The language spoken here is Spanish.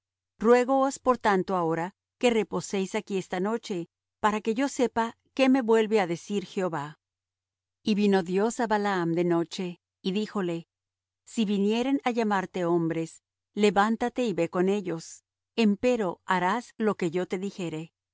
grande ruégoos por tanto ahora que reposeis aquí esta noche para que yo sepa que me vuelve á decir jehová y vino dios á balaam de noche y díjole si vinieren á llamarte hombres levántate y ve con ellos empero harás lo que yo te dijere